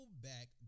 back